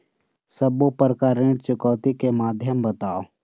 सब्बो प्रकार ऋण चुकौती के माध्यम बताव?